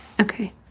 Okay